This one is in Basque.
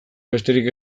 besterik